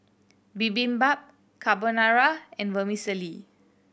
Bibimbap Carbonara and Vermicelli